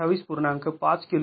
तर Vs जेथे २८